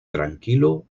tranquilo